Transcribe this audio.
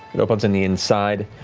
it opens on the inside.